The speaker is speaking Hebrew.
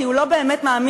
לא,